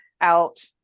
out